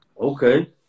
Okay